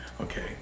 okay